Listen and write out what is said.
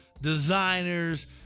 designers